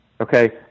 Okay